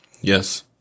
Yes